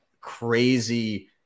crazy